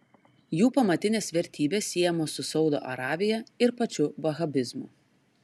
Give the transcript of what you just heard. jų pamatinės vertybės siejamos su saudo arabija ir pačiu vahabizmu